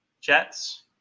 Jets